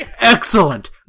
excellent